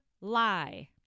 lie